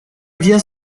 vient